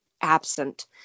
absent